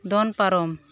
ᱫᱚᱱ ᱯᱟᱨᱚᱢ